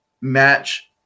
match